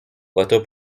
votre